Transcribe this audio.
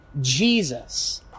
Jesus